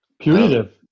punitive